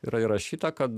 yra įrašyta kad